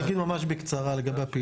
אני אדבר בקצרה עם הפעילות.